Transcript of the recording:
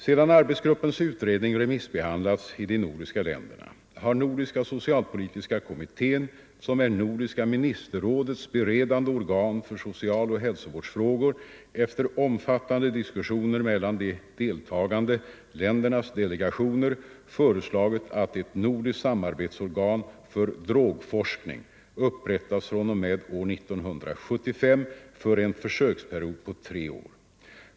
Sedan arbetsgruppens utredning remissbehandlats i de nordiska länderna har nordiska socialpolitiska kommittén, som är nordiska ministerrådets beredande organ för socialoch hälsovårdsfrågor, efter omfattande diskussioner mellan de deltagande ländernas delegationer föreslagit att ett nordiskt samarbetsorgan för drogforskning upprättas fr.o.m. år 1975 för en försöksperiod på tre år.